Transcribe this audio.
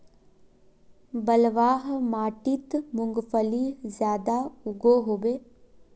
बलवाह माटित मूंगफली ज्यादा उगो होबे?